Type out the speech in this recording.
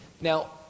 Now